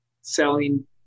selling